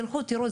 תלכו תראו,